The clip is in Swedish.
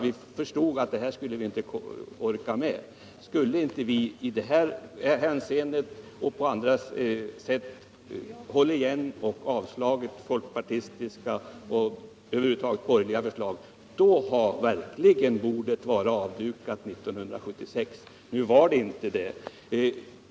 Vi förstod att vi inte skulle orka med detta. Om inte vi på detta och andra sätt hållit igen och avslagit folkpartistiska och över huvud taget borgerliga förslag, då hade verkligen bordet varit avdukat 1976.Nu var det inte det.